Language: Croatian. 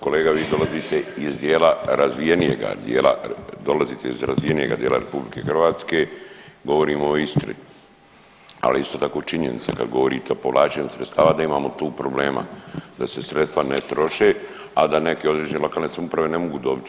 Kolega vi dolazite iz tijela razvijenijega dijela, dolazite iz razvijenijega dijela RH govorimo o Istri, ali isto tako činjenica kad govorite o povlačenju sredstava da imamo tu problem da se sredstva ne troše, a da neke određene lokalne samouprave ne mogu dobiti.